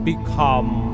become